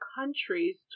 countries